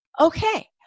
okay